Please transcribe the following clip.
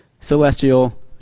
celestial